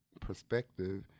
perspective